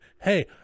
Hey